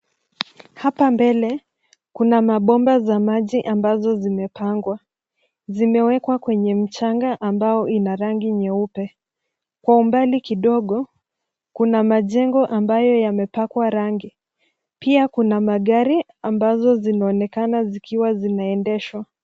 Hapa mbele kuna mabomba za maji ambazo zimepangwa zimewekwa kwenye mchanga ambao ina rangi nyeupe. Kwa umbali kidogo, kuna majengo ambayo yamepakwa rangi. Pia kuna magari ambazo zinaonekana zikiwa zinaendeshwa.